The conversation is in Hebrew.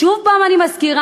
שוב אני מזכירה,